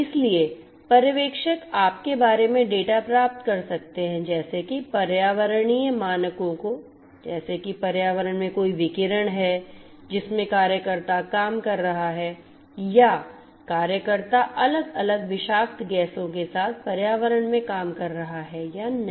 इसलिए पर्यवेक्षक आपके बारे में डेटा प्राप्त कर सकते हैं जैसे कि पर्यावरणीय मानकों को जैसे कि पर्यावरण में कोई विकिरण है जिसमें कार्यकर्ता काम कर रहा है या क्या कार्यकर्ता अलग अलग विषाक्त गैसों के साथ पर्यावरण में काम कर रहा है या नहीं